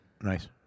Nice